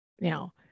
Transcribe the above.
Now